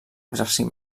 exercir